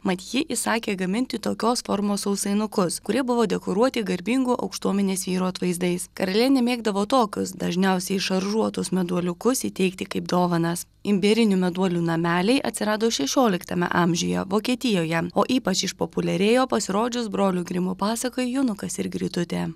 mat ji įsakė gaminti tokios formos sausainukus kurie buvo dekoruoti garbingų aukštuomenės vyrų atvaizdais karalienė mėgdavo tokius dažniausiai šaržuotus meduoliukus įteikti kaip dovanas imbierinių meduolių nameliai atsirado šešioliktame amžiuje vokietijoje o ypač išpopuliarėjo pasirodžius brolių grimų pasakai jonukas ir grytutė